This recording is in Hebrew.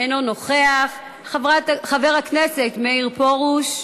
אינו נוכח, חבר הכנסת מאיר פרוש,